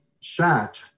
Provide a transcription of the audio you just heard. sat